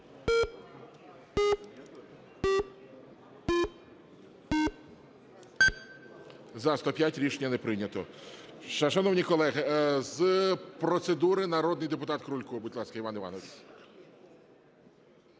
За-105 Рішення не прийнято. Шановні колеги, з процедури народний депутат Крулько. Будь ласка, Іван Іванович.